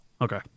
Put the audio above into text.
Okay